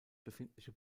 befindliche